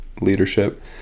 leadership